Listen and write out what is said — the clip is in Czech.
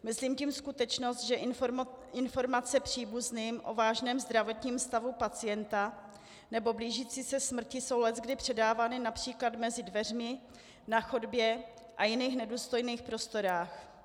Myslím tím skutečnost, že informace příbuzným o vážném zdravotním stavu pacienta nebo blížící se smrti jsou leckdy předávány například mezi dveřmi, na chodbě a jiných nedůstojných prostorách.